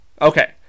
Okay